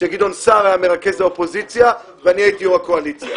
כשגדעון סער היה מרכז האופוזיציה ואני הייתי יו"ר הקואליציה.